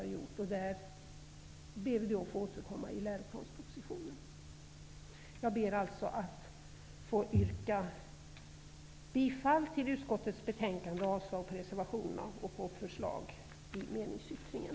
Vi ber att få återkomma om detta i läroplanspropositionen. Jag ber alltså att få yrka bifall till hemställan i utskottets betänkande och avslag på reservationerna och förslaget i meningsyttringen.